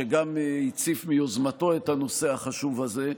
שגם הציף מיוזמתו את הנושא החשוב הזה,